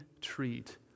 treat